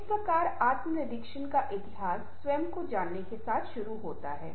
इस प्रकार आत्मनिरीक्षण का इतिहास स्वयं को जानने के साथ शुरू होता है